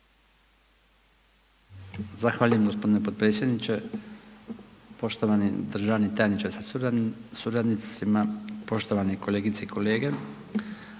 Zahvaljujem gospodine potpredsjedniče. Poštovani državni tajniče sa suradnicima, poštovane kolegice i kolege.